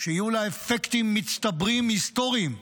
שיהיו לה אפקטים מצטברים היסטוריים,